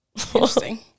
Interesting